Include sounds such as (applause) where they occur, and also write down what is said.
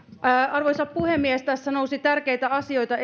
arvoisa puhemies edustaja heinosen puheenvuorossa nousi esiin tärkeitä asioita (unintelligible)